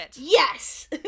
Yes